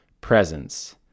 presence